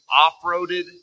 off-roaded